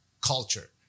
culture